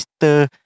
Mr